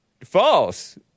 False